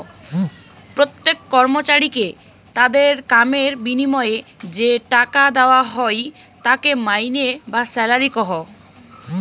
প্রত্যেক কর্মচারীকে তাদের কামের বিনিময়ে যে টাকা দেওয়া হই তাকে মাইনে বা স্যালারি কহু